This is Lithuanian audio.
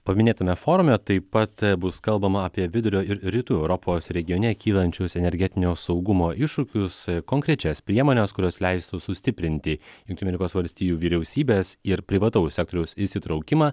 paminėtame forume taip pat bus kalbama apie vidurio ir rytų europos regione kylančius energetinio saugumo iššūkius konkrečias priemones kurios leistų sustiprinti jungtinių amerikos valstijų vyriausybės ir privataus sektoriaus įsitraukimą